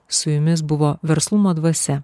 su jumis buvo verslumo dvasia